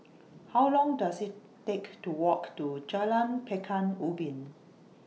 How Long Does IT Take to Walk to Jalan Pekan Ubin